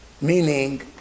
Meaning